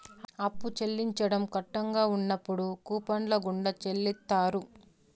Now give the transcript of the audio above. అప్పు చెల్లించడం కట్టంగా ఉన్నప్పుడు కూపన్ల గుండా చెల్లిత్తారు